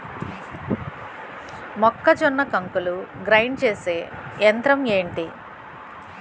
మొక్కజొన్న కంకులు గ్రైండ్ చేసే యంత్రం ఏంటి?